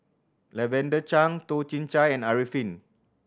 Lavender Chang Toh Chin Chye and Arifin